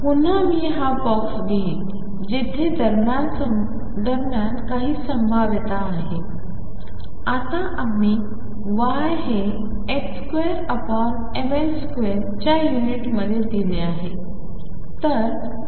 तर पुन्हा मी हा बॉक्स घेईन जिथे दरम्यान काही संभाव्यता आहेत आता आम्ही y हे 2mL2 च्या युनिटमध्ये दिले आहे